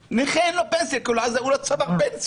נכה אין לו פנסיה כי הוא לא צבר פנסיה.